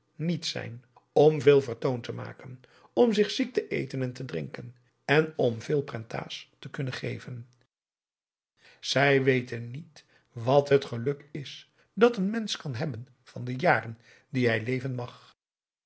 niet zijn om veel vertoon te maken om zich ziek te eten en te drinken en om veel prentahs te kunnen geven zij weten niet wat het geluk is dat een mensch kan hebben van de jaren die hij leven mag